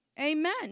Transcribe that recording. Amen